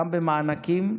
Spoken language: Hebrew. גם במענקים,